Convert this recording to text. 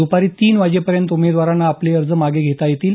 दुपारी तीन वाजेपर्यंत उमेदवारांना आपले अर्ज मागे घेता येतील